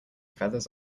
feathers